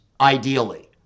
ideally